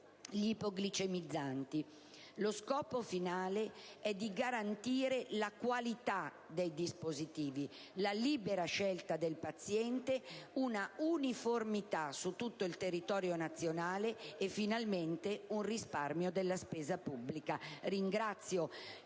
ipoglicemizzanti. Lo scopo finale è quello di garantire la qualità dei dispositivi, la libera scelta del paziente, un'uniformità su tutto il territorio nazionale e, finalmente, un risparmio della spesa pubblica. Ringrazio